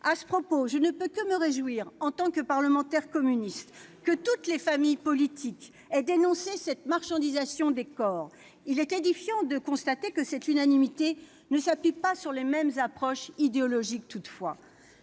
À ce propos, je ne peux que me réjouir, en tant que parlementaire communiste, que toutes les familles politiques aient dénoncé cette marchandisation des corps. Toutefois, il est édifiant de constater que cette unanimité ne s'appuie pas sur les mêmes approches idéologiques.